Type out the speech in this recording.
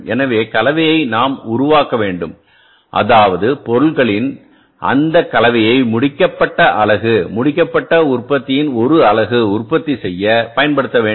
எனவேகலவையை நாம் உருவாக்க வேண்டும் அதாவது பொருள்களின்அந்த கலவையை முடிக்கப்பட்ட அலகு முடிக்கப்பட்ட உற்பத்தியின் 1 அலகு உற்பத்தி செய்ய பயன்படுத்த வேண்டும்